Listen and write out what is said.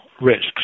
risks